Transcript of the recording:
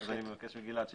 אני מבקש מגלעד שיקריא.